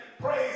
praise